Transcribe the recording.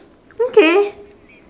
okay